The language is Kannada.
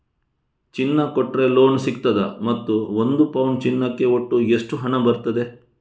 ಚಿನ್ನ ಕೊಟ್ರೆ ಲೋನ್ ಸಿಗ್ತದಾ ಮತ್ತು ಒಂದು ಪೌನು ಚಿನ್ನಕ್ಕೆ ಒಟ್ಟು ಎಷ್ಟು ಹಣ ಬರ್ತದೆ?